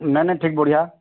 ନା ନାଇଁ ଠିକ୍ ବଢିଆ